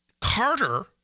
Carter